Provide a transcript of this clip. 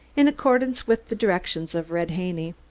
in accordance with the directions of red haney.